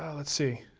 let's see.